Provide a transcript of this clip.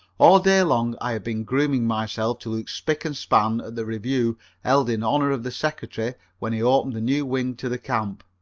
all day long i have been grooming myself to look spic and span at the review held in honor of the secretary when he opened the new wing to the camp.